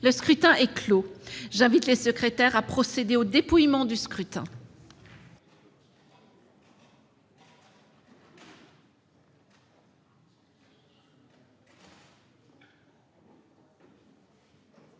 Le scrutin est clos. J'invite Mmes et MM. les secrétaires à procéder au dépouillement du scrutin.